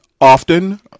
often